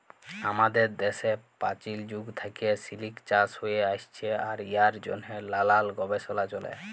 আমাদের দ্যাশে পাচীল যুগ থ্যাইকে সিলিক চাষ হ্যঁয়ে আইসছে আর ইয়ার জ্যনহে লালাল গবেষলা চ্যলে